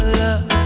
love